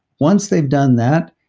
once they've done that,